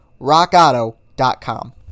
RockAuto.com